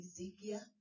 Ezekiel